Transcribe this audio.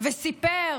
וסיפר